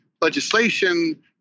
legislation